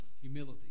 humility